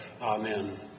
Amen